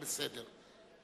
בסדר.